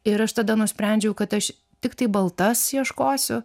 ir aš tada nusprendžiau kad aš tiktai baltas ieškosiu